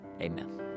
amen